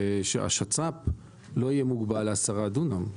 שהשצ"פ לא יהיה מוגבל ל-10 דונם.